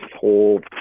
whole